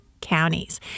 counties